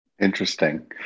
Interesting